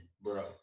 bro